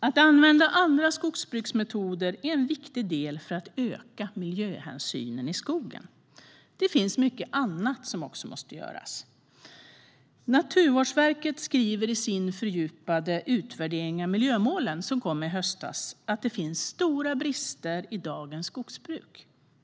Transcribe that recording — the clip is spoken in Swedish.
Att använda andra skogsbruksmetoder är en viktig del för att öka miljöhänsynen i skogen. Det finns mycket annat som också måste göras. Naturvårdsverket skriver i sin fördjupade utvärdering av miljömålen, som kom i höstas, att det finns stora brister i dagens skogsbruk.